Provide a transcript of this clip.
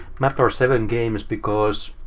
mapper seven games, because